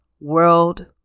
world